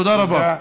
תודה רבה.